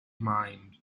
mind